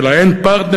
של ה"אין פרטנר".